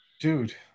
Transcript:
dude